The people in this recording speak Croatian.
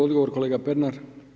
Odgovor kolega Pernar.